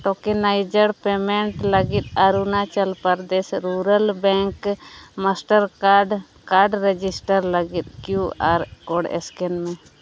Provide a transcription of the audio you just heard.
tokenizer payment ᱞᱟᱹᱜᱤᱫ Arunachal Pradesh rural bank master card card register ᱞᱟᱹᱜᱤᱫ Q R code scan ᱢᱮ